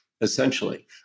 essentially